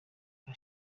nka